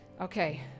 Okay